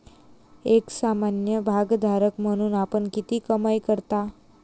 एक सामान्य भागधारक म्हणून आपण किती कमाई करता?